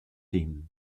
dem